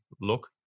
look